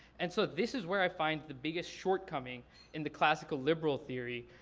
and so this is where i find the biggest shortcoming in the classical, liberal theory.